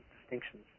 distinctions